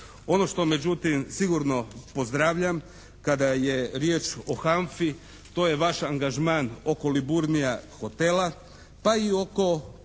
Ono što međutim sigurno pozdravljam kada je riječ o HANFA-i to je vaš angažman oko Liburnija Hotela, pa i oko